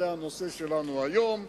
זה הנושא שלנו היום,